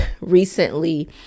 recently